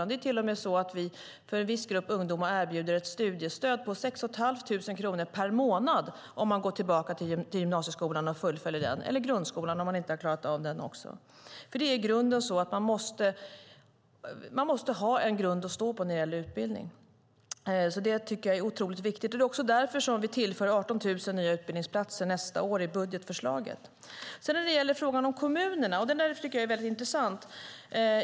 Vi erbjuder till och med ett studiestöd på 6 500 kronor per månad till en viss grupp ungdomar om de går tillbaka till gymnasieskolan och fullföljer den, och det gäller grundskolan också om de inte har klarat av den. Man måste ha en grund att stå på när det gäller utbildning. Jag tycker att det är otroligt viktigt. Det är också därför som vi tillför 18 000 nya utbildningsplatser nästa år i budgetförslaget. Jag tycker att frågan om kommunerna är mycket intressant.